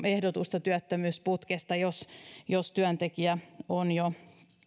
ehdotusta työttömyysputkesta jos jos työntekijä on jo